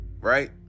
right